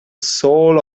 soul